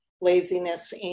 laziness